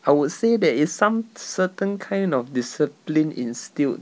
I would say that it's some certain kind of discipline instilled